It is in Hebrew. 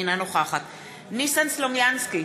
אינה נוכחת ניסן סלומינסקי,